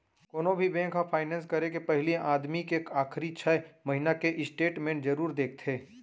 कोनो भी बेंक ह फायनेंस करे के पहिली आदमी के आखरी छै महिना के स्टेट मेंट जरूर देखथे